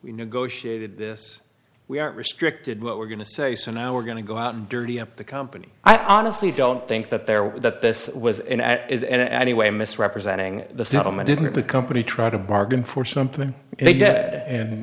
we negotiated this we are restricted what we're going to say so now we're going to go out and dirty up the company i honestly don't think that there were that this was is and anyway misrepresenting the settlement didn't the company try to bargain for something